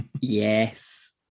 Yes